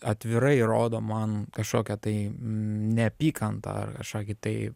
atvirai rodo man kažkokią tai neapykantą ar kažkokį tai